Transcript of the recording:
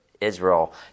Israel